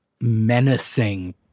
menacing